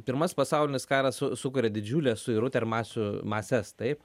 pirmas pasaulinis karas su sukuria didžiulę suirutę ir masių mases taip